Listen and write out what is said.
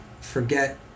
Forget